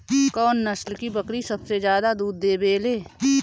कौन नस्ल की बकरी सबसे ज्यादा दूध देवेले?